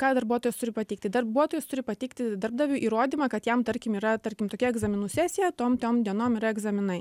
ką darbuotojas turi pateikti darbuotojas turi pateikti darbdaviui įrodymą kad jam tarkim yra tarkim tokia egzaminų sesija tom tom dienom yra egzaminai